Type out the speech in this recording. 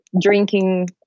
Drinking